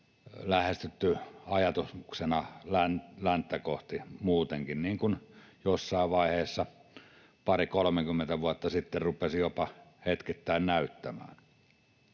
lähestytty ajatuksena länttä kohti muutenkin, niin kuin jossain vaiheessa, pari—kolmekymmentä vuotta sitten, rupesi hetkittäin jopa näyttämään.